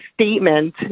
statement